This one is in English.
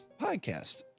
podcast